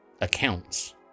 accounts